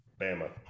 Bama